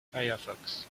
firefox